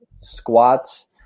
squats